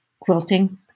Quilting